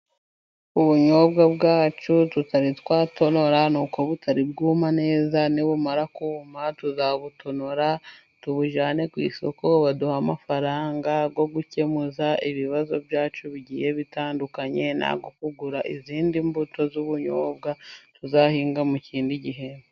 Ubunyobwa bwacu tutari twatonora nuko butari bwuma neza. Nibumara kuma tuzabutonora, tubujyane ku isoko baduhe amafaranga yo gukemura ibibazo byacu bigiye bitandukanye, n'ayo kugura izindi mbuto z'ubunyobwa tuzahinga mu kindi gihembwe.